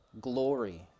glory